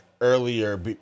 earlier